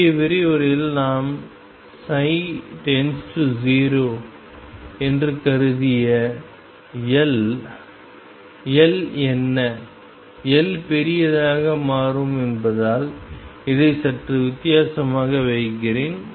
முந்தைய விரிவுரையில் நாம் ψ→0 என்று கருதிய L L என்ன L பெரியதாக மாறும் என்பதால் இதை சற்று வித்தியாசமாக வைக்கிறேன்